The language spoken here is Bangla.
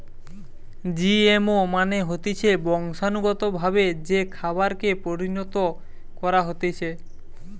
জিএমও মানে হতিছে বংশানুগতভাবে যে খাবারকে পরিণত করা হতিছে